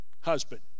husband